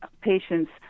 patients